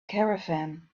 caravan